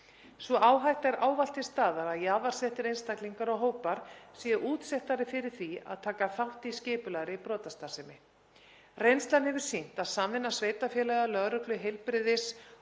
Sú áhætta er ávallt til staðar að jaðarsettir einstaklingar og hópar séu útsettari fyrir því að taka þátt í skipulagðri brotastarfsemi. Reynslan hefur sýnt að samvinna sveitarfélaga, lögreglu, heilbrigðis-